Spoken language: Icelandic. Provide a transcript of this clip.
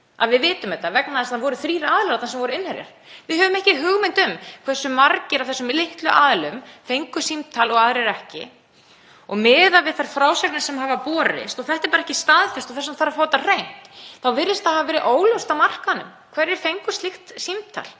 við vitum þetta vegna þess að það voru þrír aðilar sem voru innherjar. Við höfum ekki hugmynd um hversu margir af þessum litlu aðilum fengu símtal og hverjir ekki. Miðað við þær frásagnir sem hafa borist — og þetta er ekki staðfest og þess vegna þarf að fá þetta á hreint — þá virðist það hafa verið óljóst á markaðnum hverjir fengu slíkt símtal.